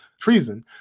treason